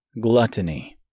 Gluttony